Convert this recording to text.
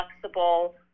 flexible